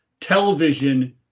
television